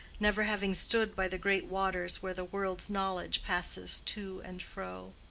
never having stood by the great waters where the world's knowledge passes to and fro.